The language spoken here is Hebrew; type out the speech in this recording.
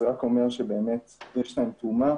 זה רק אומר שיש להם תרומה